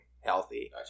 healthy